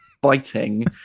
Biting